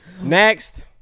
next